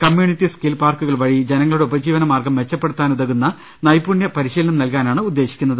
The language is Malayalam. കമ്മ്യൂണിറ്റ് സ്കിൽ പാർക്കുകൾ വഴി ജനങ്ങളുടെ ഉപജീവനമാർഗം മെച്ചപ്പെടുത്താനുതകുന്ന നൈപുണ്യ പരിശീലനം നൽകാനാണ് ഉദ്ദേശിക്കുന്നത്